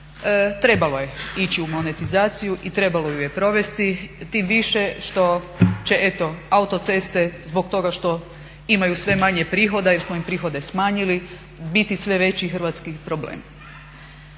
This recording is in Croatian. Trebalo je ići u monetizaciju i trebalo ju je provesti, tim više što će eto autoceste zbog toga što imaju sve manje prihoda jer smo im prihode smanjili biti sve veći hrvatski problem.